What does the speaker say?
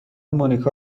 مونیکا